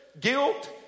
guilt